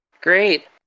Great